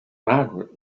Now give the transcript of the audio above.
margaret